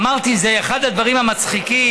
אמרתי: זה אחד הדברים המצחיקים,